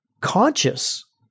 conscious